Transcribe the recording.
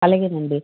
అలాగేనండి